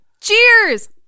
Cheers